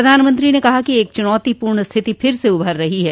प्रधानमंत्री ने कहा कि एक चुनौतीपूर्ण स्थिति फिर से उभर रही है